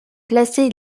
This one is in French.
placés